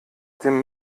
dem